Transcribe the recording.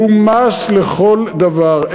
הוא מס לכל דבר.